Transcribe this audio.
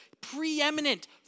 Preeminent